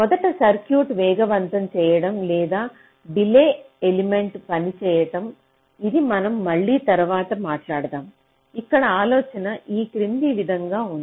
మొదట సర్క్యూట్ను వేగవంతం చేయడం లేదా డిలే ఎలిమెంట్ పనిచేయడం ఇది మనం మళ్ళీ తరువాత మాట్లాడదాము ఇక్కడ ఆలోచన ఈ క్రింది విధంగా ఉంది